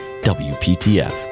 wptf